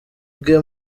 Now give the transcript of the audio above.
bwe